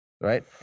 right